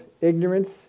ignorance